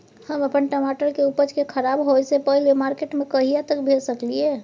हम अपन टमाटर के उपज के खराब होय से पहिले मार्केट में कहिया तक भेज सकलिए?